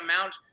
amount